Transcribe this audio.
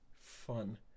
fun